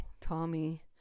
Tommy